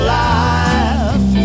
life